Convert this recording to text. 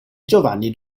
giovanni